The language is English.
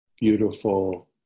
beautiful